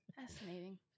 Fascinating